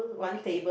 okay